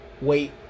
wait